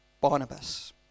Barnabas